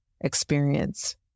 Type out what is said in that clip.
experience